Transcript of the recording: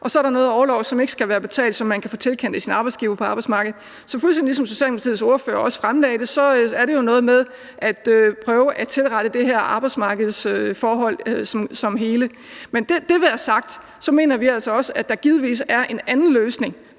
Og så er der noget orlov, som ikke skal være betalt, som man kan få tilkendt af sin arbejdsgiver på arbejdsmarkedet. Så fuldstændig ligesom Socialdemokratiets ordfører også fremlagde det, er det jo noget med at prøve at tilrette det her arbejdsmarkedsforhold som et hele. Men det være sagt, mener vi altså også, at der givetvis er en anden løsning